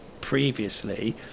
previously